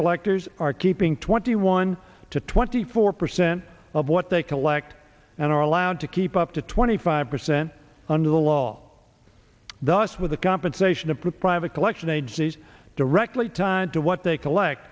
collectors are keeping twenty one to twenty four percent of what they collect and are allowed to keep up to twenty five percent under the law thus with the compensation to put private collection agencies directly tied to what they collect